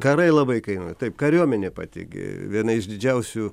karai labai kainuoja taip kariuomenė pati gi viena iš didžiausių